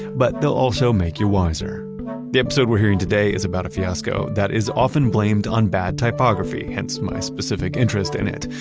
but they'll also make you wiser the episode we're hearing today is about a fiasco that is often blamed on bad typography, hence my specific interest in it,